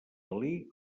dalí